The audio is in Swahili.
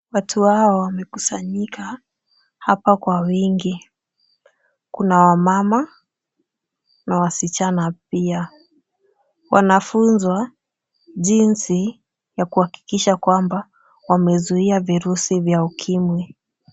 Watu hawa wamekusanyika hapa kwa wingi. Kuna wamama na wasichana pia. Wanafunzwa jinsi ya kuhakikisha kwamba wamezuia virusi vya ukimwi.